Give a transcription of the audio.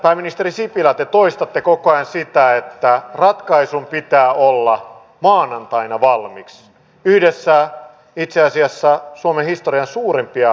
pääministeri sipilä te toistatte koko ajan sitä että ratkaisun pitää olla maanantaina valmis yhdessä itse asiassa suomen historian suurimpia työmarkkinaratkaisuja